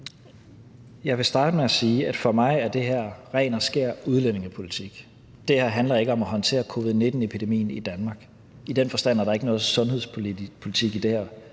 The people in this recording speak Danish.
Jeg vil starte med at sige, at for mig er det her ren og skær udlændingepolitik – det her handler ikke om at håndtere covid-19-epidemien i Danmark. I den forstand er der ikke noget sundhedspolitik i det her,